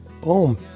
Boom